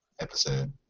episode